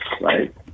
right